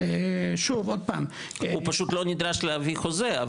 הוא פשוט לא נדרש להביא חוזה,